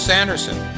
Sanderson